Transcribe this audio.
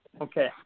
Okay